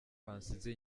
bansize